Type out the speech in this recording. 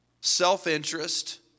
self-interest